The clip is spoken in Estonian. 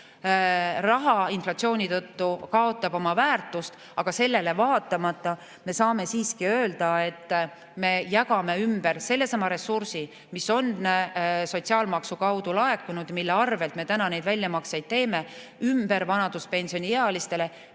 inflatsiooni tõttu raha kaotab oma väärtust, aga sellele vaatamata me saame siiski öelda, et me jagame ümber sellesama ressursi, mis on sotsiaalmaksu kaudu laekunud ja millest me neid väljamakseid teeme, vanaduspensioniealistele